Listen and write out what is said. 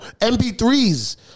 MP3s